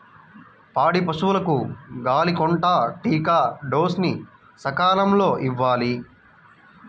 పాడి పశువులకు గాలికొంటా టీకా డోస్ ని సకాలంలో ఇవ్వాలి